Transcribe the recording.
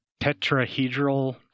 tetrahedral